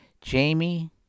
Jamie